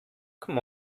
come